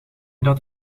dat